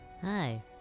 hi